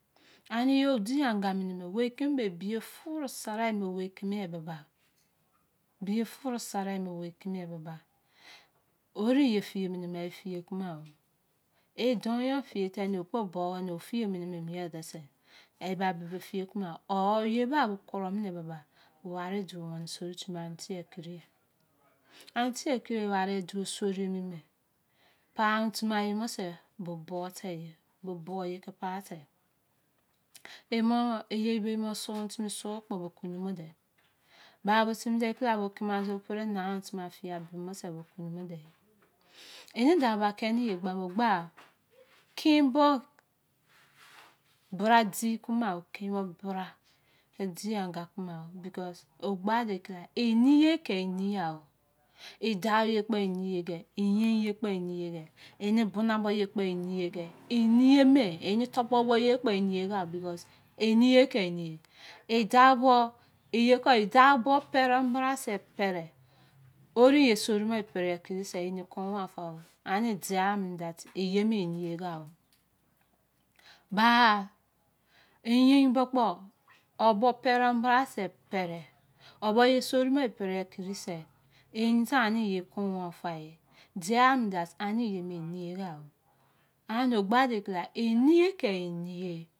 A nio di anga mene owei be, bei keme bei biye furu sara owei keme ye bebai, biye furu sara emi keme ye be bai, o woei ye fie mene me fie kumo agho ye don yor fie temene ne le kpo bo-agho ne fie mene me-ye ba bebe fie kumo-agho or ye ba bo kuro mine ye beba, ware do murwene sori timi koni amu tie perei an ke kuri ware do sori mime, pa'amu timi-anye ba se bo butei, ye bo buye ke patei. emo eyei bei sun tumi sun kpo bo kunu ne ba bo timi ne kereagha bo ki ma bo pere nabo timi na bo, bo bube. eni dou ba keni ye gba mo, ye gba ken bo bra di kuma-gho. kume bra ke di-agha anga kumor-agho, becou, o gbane kira eniye ke eniya-gho. edao ye kpo eniye-egbe, eyin ye kpo eniye-ghe, ene bena bo ye kpo eniye-ghe, ene bena bo ye kpo eniye-ghe, ene tunor ye kpo, enieye-ghe. becos eniye ke eniye. ye ku edao bo pere-em bra se pere, oru ye seiri mo pere-agha se kpo, eni kuwan fagho ani diya mene dat, yeme eniyagho. ba! Eyin bo kpo, o! Bu pere-im bere-agha se kpo pere, o bu yesiri mo e pere-gha se kpo, e sa eniye kan wa faye, deyam dat aniye yeme, eniye ugho, ando, ogbade kura eniye ke eniye.